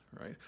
right